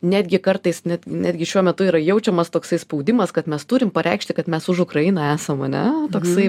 netgi kartais net netgi šiuo metu yra jaučiamas toks spaudimas kad mes turim pareikšti kad mes už ukrainą esam ane toksai